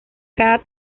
cada